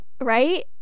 right